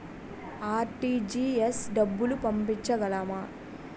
RTGS డబ్బులు పంపించగలము?